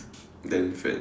then friend